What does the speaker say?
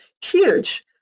huge